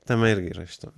tame irgi yra šito